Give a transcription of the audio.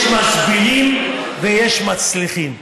יש מסבירים ויש מצליחים.